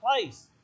place